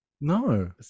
No